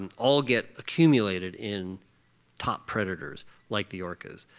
um all get accumulated in top predators like the orcas.